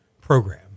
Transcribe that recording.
program